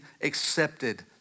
accepted